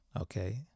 okay